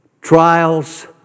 Trials